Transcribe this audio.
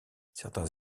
certains